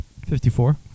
54